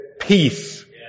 peace